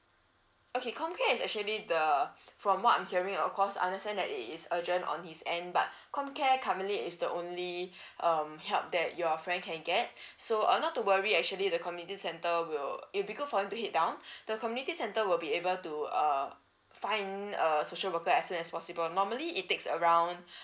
okay comcare is actually the from what I'm hearing of course understand that it is urgent on his end but comcare currently is the only um help that your friend can get so uh not to worry actually the community centre will it will be good for him to head down the community centre will be able to err find a social worker as soon as possible normally it takes around